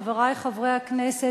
חברי חברי הכנסת,